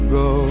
go